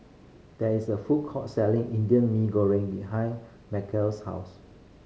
there is a food court selling Indian Mee Goreng behind Markel's house